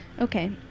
Okay